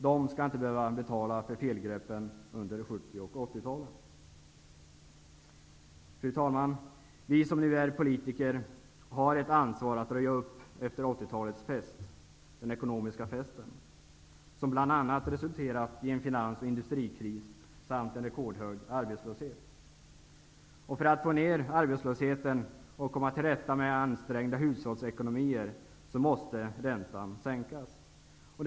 De skall inte behöva betala för felgreppen under 1970 och 1980 Fru talman! Vi som nu är politiker har ansvaret att röja upp efter 1980-talets ekonomiska fest, som bl.a. resulterat i finans och industrikris samt en rekordhög arbetslöshet. För att få ned arbetslösheten och komma till rätta med ansträngda hushållsekonomier måste man sänka räntan.